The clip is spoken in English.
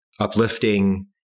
uplifting